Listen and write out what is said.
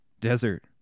Desert